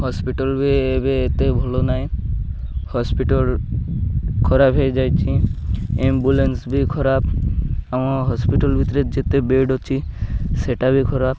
hospital ବି ଏବେ ଏତେ ଭଲ ନାହିଁ ହସ୍ପିଟାଲ୍ ଖରାପ ହେଇଯାଇଛି ଆମ୍ବୁଲାନ୍ସ ବି ଖରାପ ଆମ ହସ୍ପିଟାଲ୍ ଭିତରେ ଯେତେ ବେଡ଼୍ ଅଛି ସେଇଟା ବି ଖରାପ